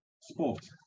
sport